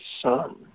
son